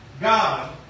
God